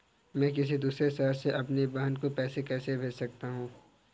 मैं किसी दूसरे शहर से अपनी बहन को पैसे कैसे भेज सकता हूँ?